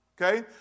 okay